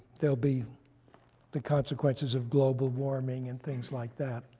there'll be the consequences of global warming and things like that.